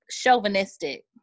chauvinistic